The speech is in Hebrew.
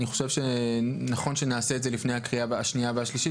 אני חושב שנכון שנעשה את זה לפני הקריאה השנייה והשלישית